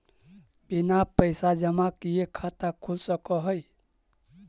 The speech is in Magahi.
बिना पैसा जमा किए खाता खुल सक है?